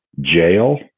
jail